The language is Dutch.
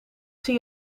zie